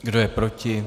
Kdo je proti?